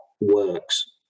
works